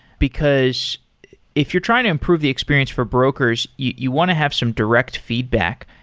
because if you're trying to improve the experience for brokers, you you want to have some direct feedback.